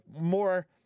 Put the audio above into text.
more